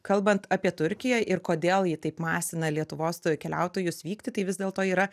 kalbant apie turkiją ir kodėl ji taip masina lietuvos keliautojus vykti tai vis dėlto yra